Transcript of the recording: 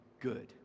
good